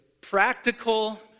practical